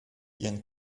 ihren